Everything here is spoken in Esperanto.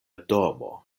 domo